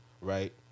right